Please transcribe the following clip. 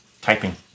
Typing